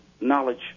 knowledge